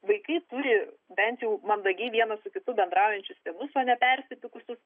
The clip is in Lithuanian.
vaikai turi bent jau mandagiai vienas su kitu bendraujančius tėvus o ne persipykusius